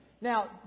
Now